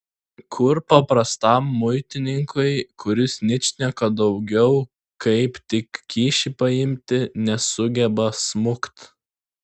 kur paprastam muitininkui kuris ničnieko daugiau kaip tik kyšį paimti nesugeba smukt